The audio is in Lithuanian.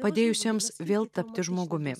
padėjusiems vėl tapti žmogumi